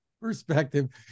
perspective